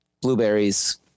blueberries